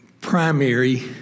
primary